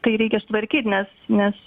tai reikia sutvarkyt nes nes